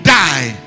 die